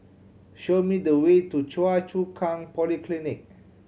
show me the way to Choa Chu Kang Polyclinic